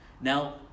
Now